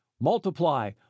Multiply